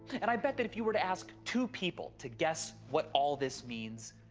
and i bet that if you were to ask two people to guess what all this means,